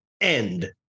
end